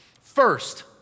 First